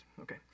Okay